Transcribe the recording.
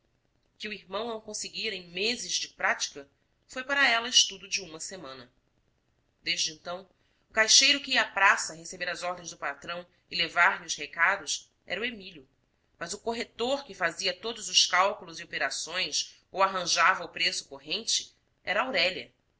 que o irmão não conseguira em meses de prática foi para ela estudo de uma semana desde então o caixeiro que ia à praça receber as ordens do patrão e levar-lhe os recados era o emílio mas o corretor que fazia todos os cálculos e operações ou arranjava o preço corrente era aurélia